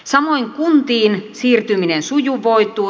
samoin kuntiin siirtyminen sujuvoitui